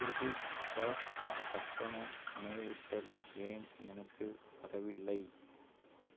credit card கட்டண நினைவூட்டல் ஏன் எனக்கு வரவில்லை